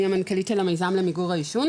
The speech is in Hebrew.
אני המנכ"לית של המיזם למיגור העישון